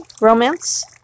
romance